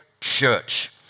church